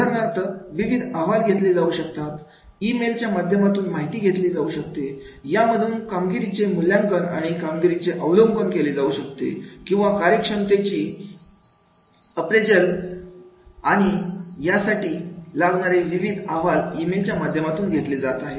उदाहरणार्थ विविध अहवाल घेतले जाऊ शकतात ई मेलच्या माध्यमातून माहिती घेतली जाऊ शकते यामधून कामगिरीचे मूल्यांकन आणि कामगिरीचे अवलोकन केले जाऊ शकते किंवा कार्यक्षमतेचे अप्रेजल आणि यासाठी लागणारे विविध अहवाल ई मेलच्या माध्यमातून घेतले जात आहेत